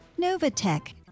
Novatech